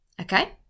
okay